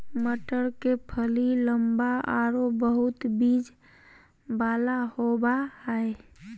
मटर के फली लम्बा आरो बहुत बिज वाला होबा हइ